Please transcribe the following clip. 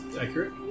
accurate